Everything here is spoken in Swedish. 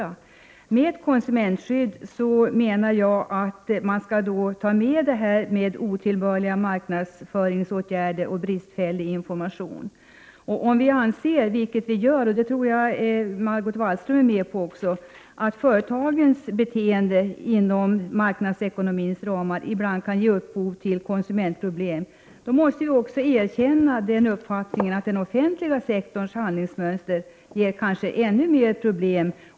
När det gäller ett konsumentskydd menar jag att granskningen skall omfatta otillbörliga marknadsåtgärder och bristfällig information. Om vi anser — och det tror jag att Margot Wallström också gör — att företagens beteende inom marknadsekonomins ramar ibland kan ge upphov till konsumentproblem, då måste vi också erkänna att den offentliga sektorns handlingsmönster kanske ger ännu mer problem.